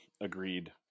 agreed